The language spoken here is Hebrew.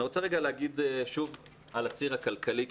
אני רוצה רגע להגיד שוב על הציר הכלכלי,